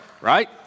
right